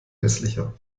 hässlicher